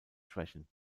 schwächen